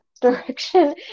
direction